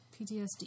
PTSD